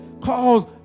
cause